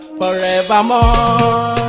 forevermore